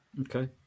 Okay